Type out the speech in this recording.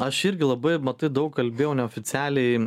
aš irgi labai matai daug kalbėjau neoficialiai